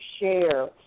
share